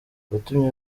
watumye